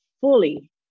fully